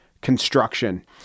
construction